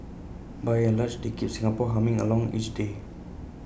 by and large they keep Singapore humming along each day